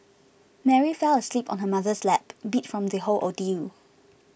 Mary fell asleep on her mother's lap beat from the whole ordeal